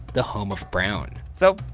the home of brown. so,